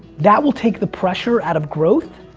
that will take the pressure out of growth,